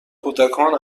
کودکان